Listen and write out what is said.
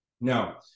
Now